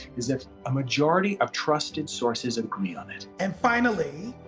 is that a majority of trusted sources agree on it. and finally,